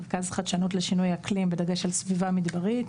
מרכז חדשנות לשינויי אקלים בדגש על סביבה מדברית.